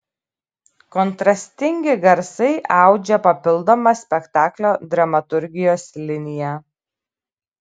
kontrastingi garsai audžia papildomą spektaklio dramaturgijos liniją